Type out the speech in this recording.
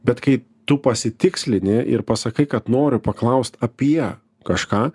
bet kai tu pasitikslini ir pasakai kad noriu paklaust apie kažką